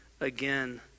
again